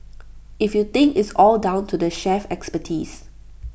if you think it's all down to the chef's expertise